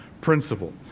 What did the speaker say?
principle